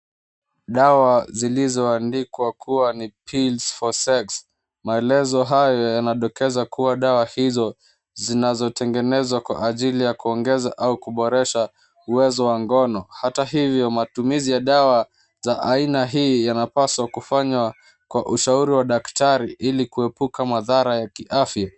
Dawa zilizoandikwa kuwa ni, Pills for Sex. Maelezo hayo yanadokeza kuwa dawa hizo zinazotengenezwa kwa ajili ya kuongeza au kuboresha uwezo wa ngono. Hata hivyo matumizi ya dawa za aina hii yanapaswa kufanywa kwa ushauri wa daktari ili kuepuka madhara ya kiafya.